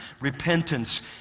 Repentance